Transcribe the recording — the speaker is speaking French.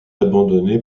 abandonné